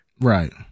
Right